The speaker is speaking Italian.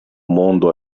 mondo